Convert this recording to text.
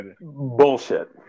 Bullshit